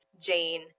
jane